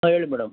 ಹಾಂ ಹೇಳಿ ಮೇಡಮ್